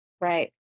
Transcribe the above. Right